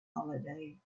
holiday